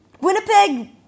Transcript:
Winnipeg